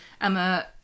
Emma